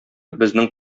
безнең